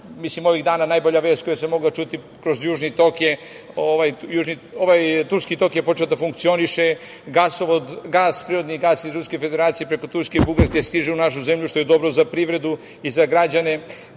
Evo, ovih dana, najbolja vest koja se mogla čuti to je da Turski tok je počeo da funkcioniše, prirodni gas iz Ruske Federacije preko Turske i Bugarske stiže u našu zemlju, što je dobro za privredu i za građane,